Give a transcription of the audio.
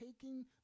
taking